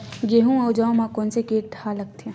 गेहूं अउ जौ मा कोन से कीट हा लगथे?